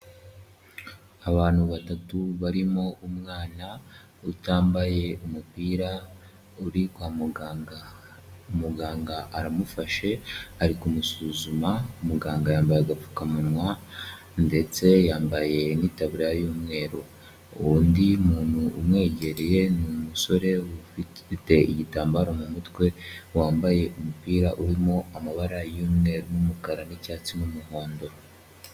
Abantu batatu barimo umwana utambaye umupira uri kwa muganga. Muganga aramufashe ari kumusuzuma muganga yambaye agapfukamunwa ndetse yambaye itaburiya y'umweru , undi muntu umwegereye umusore ufite igitambaro mu mutwe wambaye umupira urimo amabara y'umweru n'umukara n'icyatsi n'umuhondo.